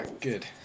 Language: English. Good